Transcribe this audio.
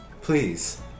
Please